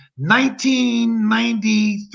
1993